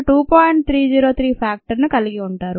303 "factor ను" కలిగి ఉంటారు